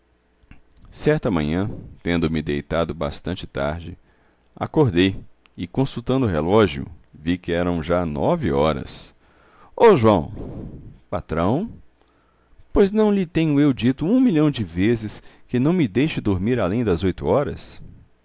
certa manhã tendo-me deitado bastante tarde acordei e consultando o relógio vi que eram já nove horas ó joão patrão pois não lhe tenho eu dito um milhão de vezes que não me deixe dormir além das oito horas